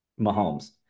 Mahomes